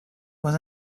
was